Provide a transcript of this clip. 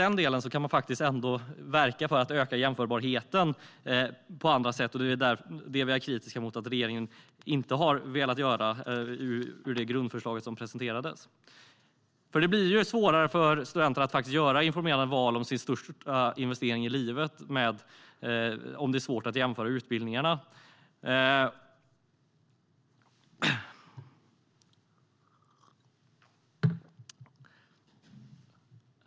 Men man kan ändå verka för att öka jämförbarheten på andra sätt, och vi är kritiska mot att regeringen inte har velat göra det i det grundförslag som har presenterats. Det blir svårare för studenterna att göra informerade val om sin största investering i livet om det är svårt att jämföra utbildningarna.